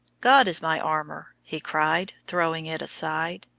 god is my armour, he cried, throwing it aside.